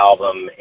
album